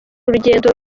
urugendo